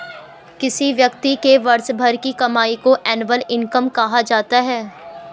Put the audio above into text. किसी व्यक्ति के वर्ष भर की कमाई को एनुअल इनकम कहा जाता है